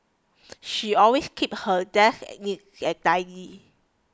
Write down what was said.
she always keeps her desk neat and tidy